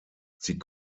sie